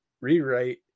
rewrite